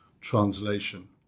translation